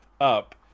up